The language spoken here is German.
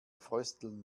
frösteln